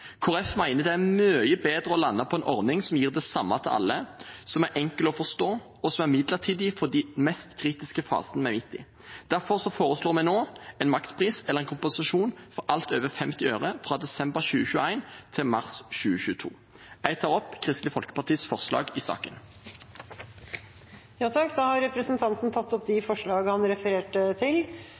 det er mye bedre å lande på en ordning som gir det samme til alle, som er enkel å forstå, og som er midlertidig for de mest kritiske fasene den er gitt i. Derfor foreslår vi nå en makspris eller en kompensasjon for alt over 50 øre fra desember 2021 til mars 2022. Jeg tar opp Kristelig Folkepartis forslag i saken. Da har representanten Hadle Rasmus Bjuland tatt opp de forslagene han refererte til.